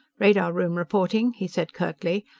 radar room reporting, he said curtly.